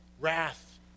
wrath